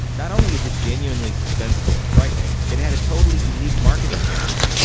not only is it genuinely suspenseful and frightening, it had a totally unique marketing campaign.